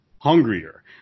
hungrier